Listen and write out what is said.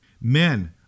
Men